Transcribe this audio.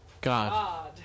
God